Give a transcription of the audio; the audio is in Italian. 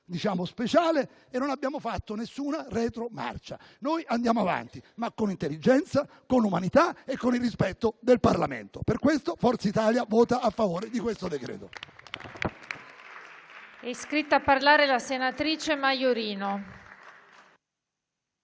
speciale. Non abbiamo fatto nessuna retromarcia: noi andiamo avanti, ma con intelligenza, con umanità e con il rispetto del Parlamento. Per questo il Gruppo Forza Italia voterà a favore del decreto-legge